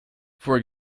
for